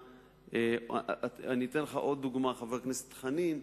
אני אתן לך עוד דוגמה, חבר הכנסת חנין,